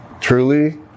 truly